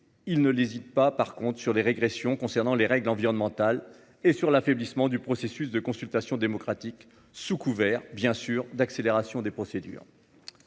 ne lésine pas sur les mesures régressives concernant les règles environnementales et sur l'affaiblissement du processus de consultation démocratique, sous couvert bien sûr d'accélération des procédures